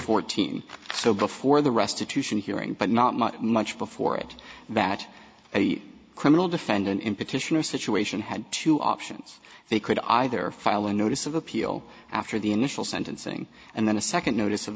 fourteen so before the restitution hearing but not much much before it that a criminal defendant in petitioner situation had two options they could either file a notice of appeal after the initial sentencing and then a second notice of